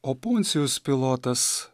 o puncijus pilotas